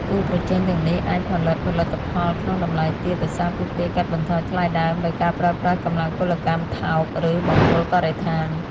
គូប្រជែងទាំងនេះអាចផលិត ផលិតផលក្នុងតម្លៃទាបដោយសារពួកគេកាត់បន្ថយថ្លៃដើមដោយការប្រើប្រាស់កម្លាំងពលកម្មថោក ឬបំពុលបរិស្ថាន។